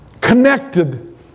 connected